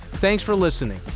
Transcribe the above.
thanks for listening.